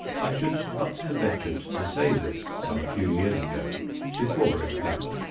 i should not have ventured to say this some few years ago before, in fact,